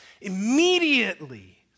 Immediately